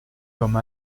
comme